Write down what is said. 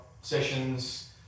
sessions